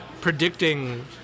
predicting